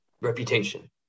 reputation